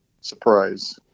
surprise